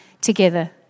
together